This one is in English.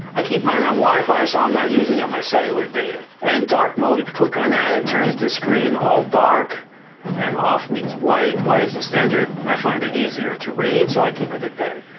i keep mine on wi-fi so i'm not using up my cellular data. and dark mode. if you click on that, it turns the screen all dark and off means white. white is the standard. i find it easier to read so i keep it at that,